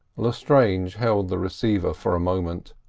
lestrange held the receiver for a moment,